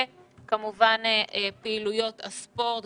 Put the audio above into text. וכמובן פעילויות הספורט,